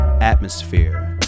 Atmosphere